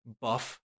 buff